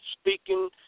speaking